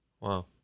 Wow